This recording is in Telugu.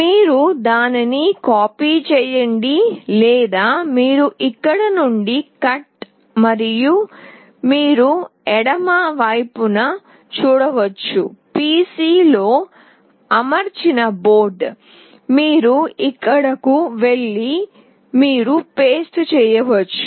మీరు దానిని కాపీ లేదా మీరు ఇక్కడ నుండి కట్ చేయండి మరియు మీరు ఎడమ వైపున చూడవచ్చు PC లో అమర్చిన బోర్డు మీరు ఇక్కడకు వెళ్లి మీరు పేస్ట్ చేయండి